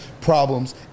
problems